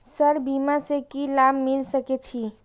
Sir बीमा से की लाभ मिल सके छी?